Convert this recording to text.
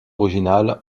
originale